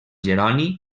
jeroni